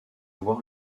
voir